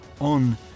on